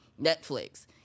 Netflix